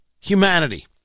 humanity